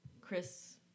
chris